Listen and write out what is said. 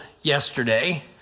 yesterday